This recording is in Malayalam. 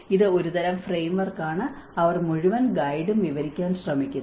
ഇത് ഒരുതരം ഫ്രെയിം വർക്ക് ആണ് അവർ മുഴുവൻ ഗൈഡും വിവരിക്കാൻ ശ്രമിക്കുന്നു